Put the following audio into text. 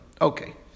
okay